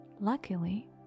Luckily